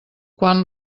quan